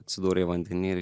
atsidūrė vandeny ir